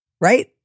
Right